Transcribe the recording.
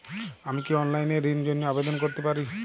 আমি কি অনলাইন এ ঋণ র জন্য আবেদন করতে পারি?